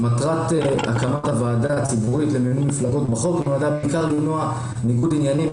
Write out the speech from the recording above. מטרת הקמת הוועדה הציבורית למימון מפלגות בעיקר למנוע ניגוד עניינים,